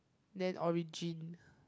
then origin